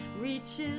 reaches